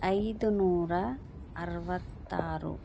ಐದು ನೂರ ಅರವತ್ತಾರು